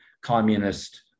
communist